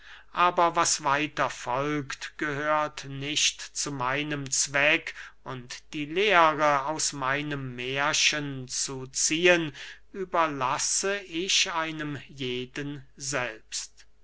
aber was weiter folgt gehört nicht zu meinem zweck und die lehre aus meinem mährchen zu ziehen überlasse ich einem jeden selbst